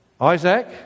Isaac